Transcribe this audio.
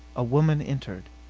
a woman entered.